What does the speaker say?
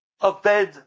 Abed